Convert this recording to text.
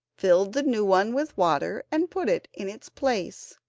filled the new one with water, and put it in its place.